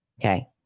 Okay